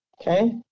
Okay